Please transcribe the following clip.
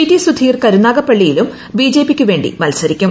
T Sudheer കരുനാഗപ്പള്ളിയിലും ബിജെപിയ്ക്ക് വേണ്ടി മത്സരിക്കും